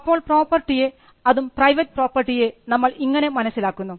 അപ്പോൾ പ്രോപ്പർട്ടിയെ അതും പ്രൈവറ്റ് പ്രോപ്പർട്ടിയെ നമ്മൾ ഇങ്ങനെ മനസ്സിലാക്കുന്നു